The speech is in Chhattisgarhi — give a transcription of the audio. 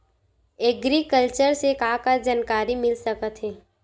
एग्रीकल्चर से का का जानकारी मिल सकत हे?